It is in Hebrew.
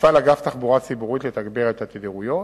יפעל אגף התחבורה הציבורית לתגבר את התדירות.